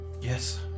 Yes